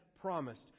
promised